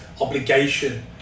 obligation